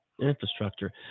infrastructure